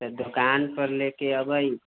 तऽ दोकानपर लऽ कऽ अयबै